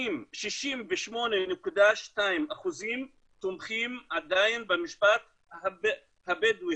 68.2% תומכים עדיין במשפט הבדואי,